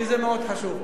כי זה מאוד חשוב.